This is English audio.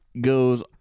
goes